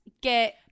get